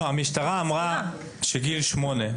המשטרה אמרה גיל שמונה.